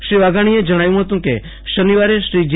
શ્રી વાઘાણીએ જણાવ્યું હતું કે શનિવારે શ્રી જે